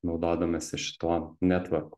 naudodamasi šituo netvorku